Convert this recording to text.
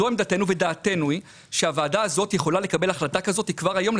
זו עמדתנו ודעתנו היא שהוועדה הזאת יכולה לקבל החלטה כזאת כבר היום,